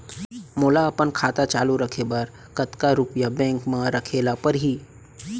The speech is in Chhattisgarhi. मोला अपन खाता चालू रखे बर कतका रुपिया बैंक म रखे ला परही?